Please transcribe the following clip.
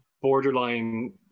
borderline